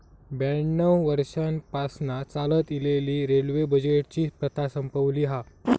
ब्याण्णव वर्षांपासना चालत इलेली रेल्वे बजेटची प्रथा संपवली हा